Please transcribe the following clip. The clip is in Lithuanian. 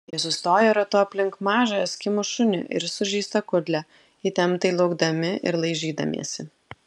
jie sustojo ratu aplink mažą eskimų šunį ir sužeistą kudlę įtemptai laukdami ir laižydamiesi